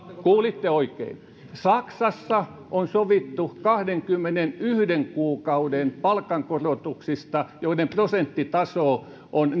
kuulitte oikein saksassa on sovittu kahdenkymmenenyhden kuukauden palkankorotuksista joiden prosenttitaso on